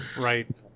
Right